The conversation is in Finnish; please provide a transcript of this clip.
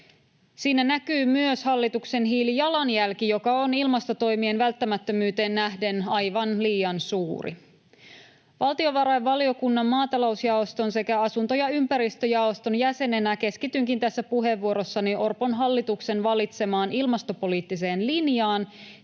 Siinä näkyy myös hallituksen hiilijalanjälki, joka on ilmastotoimien välttämättömyyteen nähden aivan liian suuri. Valtiovarainvaliokunnan maatalousjaoston sekä asunto- ja ympäristöjaoston jäsenenä keskitynkin tässä puheenvuorossani Orpon hallituksen valitsemaan ilmastopoliittiseen linjaan,